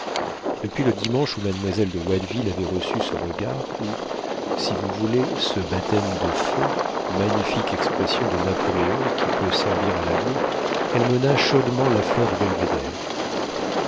depuis le dimanche où mademoiselle de watteville avait reçu ce regard ou si vous voulez ce baptême de feu magnifique expression de napoléon qui peut servir à l'amour elle mena chaudement l'affaire du belvéder